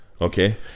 okay